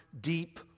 deep